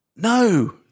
No